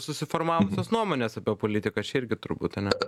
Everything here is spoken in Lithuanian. susiformavusios nuomonės apie politiką čia irgi turbūt ane